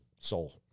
soul